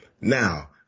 Now